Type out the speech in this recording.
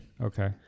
Okay